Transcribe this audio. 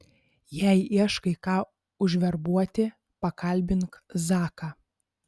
jei ieškai ką užverbuoti pakalbink zaką